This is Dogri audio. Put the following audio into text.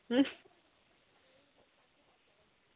अं